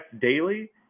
daily